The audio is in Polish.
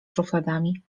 szufladami